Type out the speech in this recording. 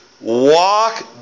walk